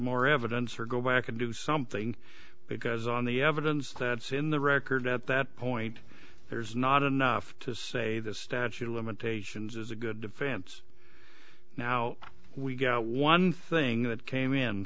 more evidence or go back and do something because on the evidence that's in the record at that point there's not enough to say the statute of limitations is a good defense now we got one thing that came in